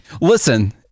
Listen